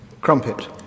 Crumpet